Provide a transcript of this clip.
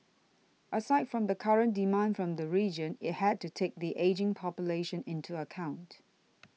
aside from the current demand from the region it had to take the ageing population into account